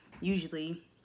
usually